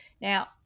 Now